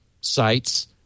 sites